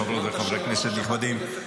חברות וחברי כנסת נכבדים,